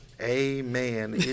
amen